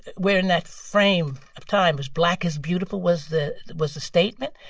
where in that frame of time was black is beautiful was the was the statement.